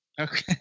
okay